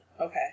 Okay